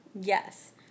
Yes